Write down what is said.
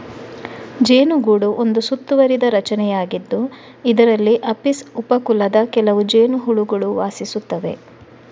ಜೇನುಗೂಡು ಒಂದು ಸುತ್ತುವರಿದ ರಚನೆಯಾಗಿದ್ದು, ಇದರಲ್ಲಿ ಅಪಿಸ್ ಉಪ ಕುಲದ ಕೆಲವು ಜೇನುಹುಳುಗಳು ವಾಸಿಸುತ್ತವೆ